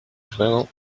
vraiment